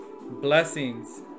blessings